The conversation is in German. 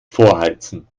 vorheizen